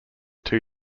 two